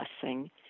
blessing